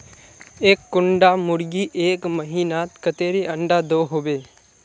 एक कुंडा मुर्गी एक महीनात कतेरी अंडा दो होबे?